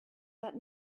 that